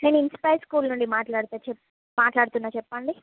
నేను inspire school నుంచి మాట్లాడతా చెప్పు మాట్లాడుతున్నాను చెప్పండి